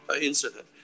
incident